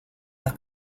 las